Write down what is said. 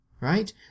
right